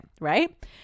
right